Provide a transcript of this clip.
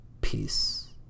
peace